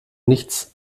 nichts